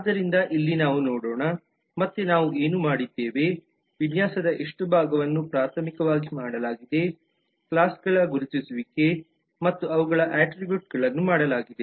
ಆದ್ದರಿಂದ ಇಲ್ಲಿ ನಾವು ನೋಡೋಣ ಮತ್ತೆ ನಾವು ಏನು ಮಾಡಿದ್ದೇವೆ ವಿನ್ಯಾಸದ ಎಷ್ಟು ಭಾಗವನ್ನು ಪ್ರಾಥಮಿಕವಾಗಿ ಮಾಡಲಾಗಿದೆ ಕ್ಲಾಸ್ಗಳ ಗುರುತಿಸುವಿಕೆ ಮತ್ತು ಅವುಗಳ ಅಟ್ರಿಬ್ಯೂಟ್ಗಳನ್ನು ಮಾಡಲಾಗಿದೆ